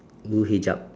blue hijab